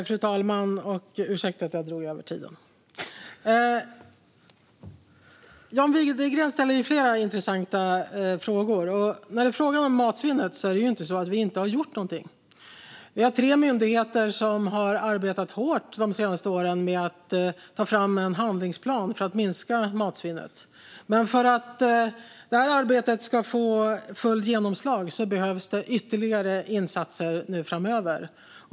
Fru talman! Jag ber om ursäkt för att jag drog över tiden för mitt anförande. John Widegren ställer flera intressanta frågor. När det gäller matsvinnet är det inte på det sättet att vi inte har gjort någonting. Tre myndigheter har de senaste åren arbetat hårt med att ta fram en handlingsplan för att minska matsvinnet. Men för att det arbetet ska få fullt genomslag behövs ytterligare insatser framöver.